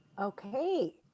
Okay